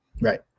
Right